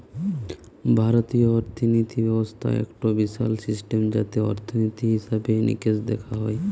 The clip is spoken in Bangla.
ভারতীয় অর্থিনীতি ব্যবস্থা একটো বিশাল সিস্টেম যাতে অর্থনীতি, হিসেবে নিকেশ দেখা হয়